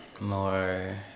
more